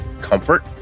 comfort